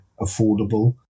affordable